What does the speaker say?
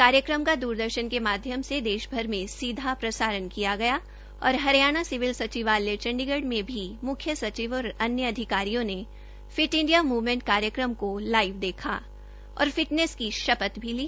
कार्यक्रम का दुरदर्शन के माध्यम से देशभर में सीधा प्रसारण किया गया और हरियाणा सिविल सचिवालय चंडीगढ़ में भी मुख्य सचिव और अन्य अधिकारियों ने फिट इंडिया मुवमेंट कार्यक्रम को लाइव देखा और फिटनेस की शपथ भी ली